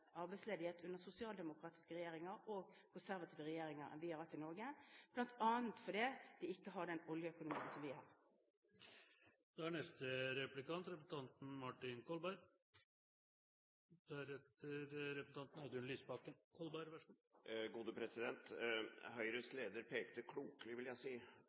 arbeidsledighet under sosialdemokratiske regjeringer og konservative regjeringer enn vi har hatt i Norge, bl.a. fordi de ikke har den oljeøkonomien som vi har. Høyres leder pekte klokelig – vil jeg si